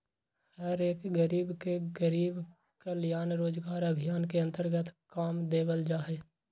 हर एक गरीब के गरीब कल्याण रोजगार अभियान के अन्तर्गत काम देवल जा हई